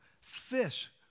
fish